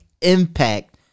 impact